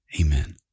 Amen